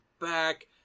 back